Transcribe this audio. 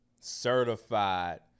certified